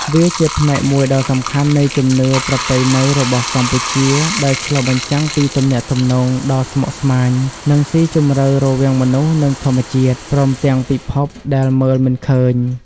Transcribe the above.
វាជាផ្នែកមួយដ៏សំខាន់នៃជំនឿប្រពៃណីរបស់កម្ពុជា ដែលឆ្លុះបញ្ចាំងពីទំនាក់ទំនងដ៏ស្មុគស្មាញ និងស៊ីជម្រៅរវាងមនុស្ស និងធម្មជាតិ ព្រមទាំងពិភពដែលមើលមិនឃើញ។